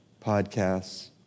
podcasts